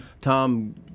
Tom